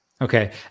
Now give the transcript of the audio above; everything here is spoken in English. Okay